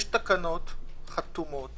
יש תקנות חתומות